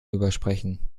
übersprechen